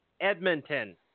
Edmonton